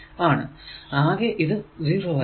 അകെ ഇത് 0 ആയിരിക്കും